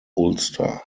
ulster